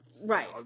Right